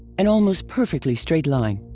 an almost perfectly straight line.